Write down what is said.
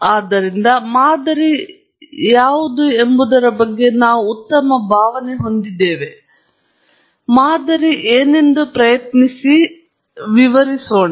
ಆದ್ದರಿಂದ ಒಂದು ಮಾದರಿ ಯಾವುದು ಎಂಬುದರ ಬಗ್ಗೆ ನಾವು ಉತ್ತಮ ಭಾವನೆ ಹೊಂದಿದ್ದೇವೆ ಆದರೆ ಒಂದು ಮಾದರಿ ಏನೆಂದು ಪ್ರಯತ್ನಿಸಿ ಮತ್ತು ವಿವರಿಸೋಣ